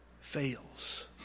fails